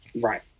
Right